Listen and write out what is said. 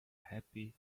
happy